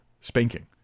spanking